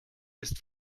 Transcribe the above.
ist